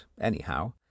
anyhow